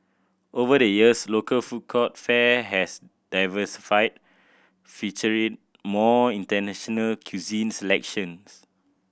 over the years local food court fare has diversified featuring more international cuisine selections